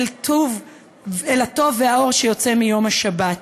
אל הטוב והאור שיוצא מיום השבת.